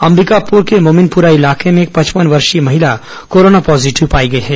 अंबिकापुर मोमिनपुरा इलाके में एक पचपन वर्षीय महिला कोरोना पॉजिटिव पाई गई है